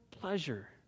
pleasure